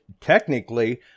Technically